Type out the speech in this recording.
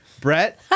Brett